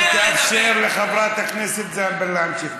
אבל תאפשר לחברת הכנסת זנדברג להמשיך.